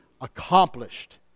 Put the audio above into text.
accomplished